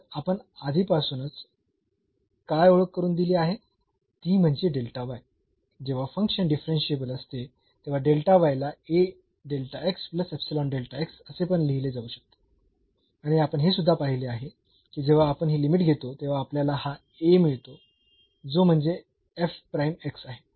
तर आपण आधीपासूनच काय ओळख करून दिली आहे ती म्हणजे जेव्हा फंक्शन डिफरन्शियेबल असते तेव्हा ला असे पण लिहले जाऊ शकते आणि आपण हे सुद्धा पाहिले आहे की जेव्हा आपण ही लिमिट घेतो तेव्हा आपल्याला हा A मिळतो जो म्हणजे आहे